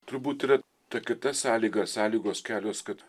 turbūt yra ta kita sąlyga sąlygos kelios kad